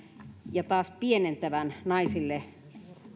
ja taas pienentävän naisille